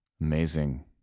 Amazing